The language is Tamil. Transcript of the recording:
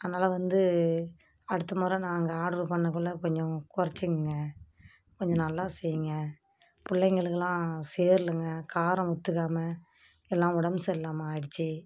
அதனால வந்து அடுத்த முறை நாங்கள் ஆர்ட்ரு பண்ணக்குள்ள கொஞ்சம் குறைச்சுக்குங்க கொஞ்சம் நல்லா செய்யுங்க பிள்ளைங்களுக்குலாம் சேரலைங்க காரம் ஒத்துக்காமல் எல்லாம் உடம்பு சரி இல்லாமல் ஆகிடுச்சி